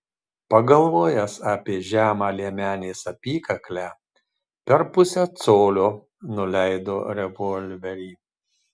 pagalvojęs apie žemą liemenės apykaklę per pusę colio nuleido revolverį